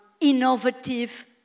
innovative